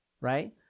right